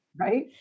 Right